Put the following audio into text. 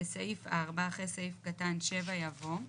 בסעיף 4, אחרי סעיף קטן 7 יבוא: